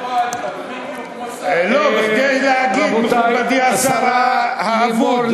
לא, כדי להגיד מכובדי השר האבוד.